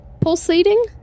pulsating